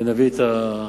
ונביא את הסיכומים.